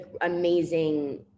amazing